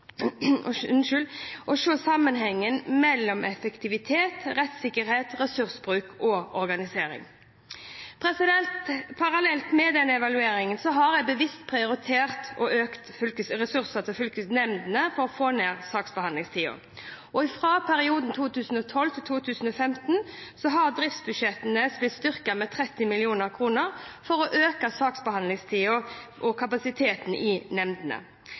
med å få ned saksbehandlingstida og se sammenhengen mellom effektivitet, rettssikkerhet, ressursbruk og organisering. Parallelt med denne evalueringen har jeg bevisst prioritert økte ressurser til fylkesnemndene for å få ned saksbehandlingstida. I perioden 2012–2015 har driftsbudsjettene blitt styrket med 30 mill. kr for å øke saksbehandlingskapasiteten i nemndene.